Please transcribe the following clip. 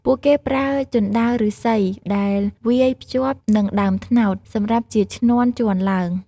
ពួកគេប្រើជណ្ដើរឫស្សី ដែលវាយភ្ជាប់នឹងដើមត្នោត សម្រាប់ជាឈ្នាន់ជាន់ឡើង។